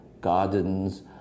gardens